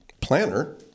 planner